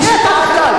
מי אתה בכלל?